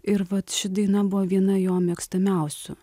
ir vat ši daina buvo viena jo mėgstamiausių